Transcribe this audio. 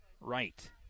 right